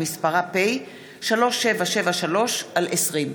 שמספרה פ/3773/20.